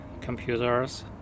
computers